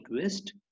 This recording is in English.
Twist